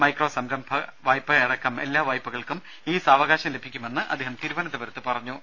micro സംരംഭ വായ്പയടക്കം എല്ലാ വായ്പകൾക്കും ഈ സാവകാശം ലഭിക്കുമെന്നും അദ്ദേഹം തിരുവനന്തപുരത്ത് അറിയിച്ചു